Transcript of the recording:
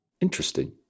Interesting